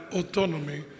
autonomy